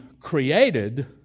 created